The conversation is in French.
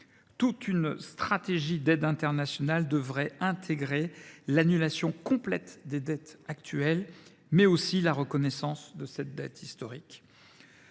Toute stratégie d’aide internationale devrait intégrer l’annulation complète des dettes actuelles, mais aussi la reconnaissance de cette dette historique.